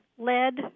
lead